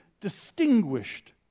distinguished